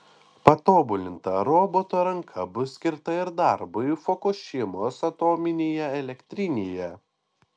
patobulinta roboto ranka bus skirta ir darbui fukušimos atominėje elektrinėje